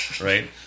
Right